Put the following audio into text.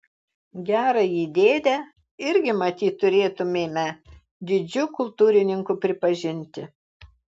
gerąjį dėdę irgi matyt turėtumėme didžiu kultūrininku pripažinti